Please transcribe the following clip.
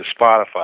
Spotify